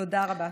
תודה רבה.